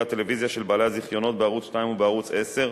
הטלוויזיה של בעלי הזיכיונות בערוץ-2 ובערוץ-10,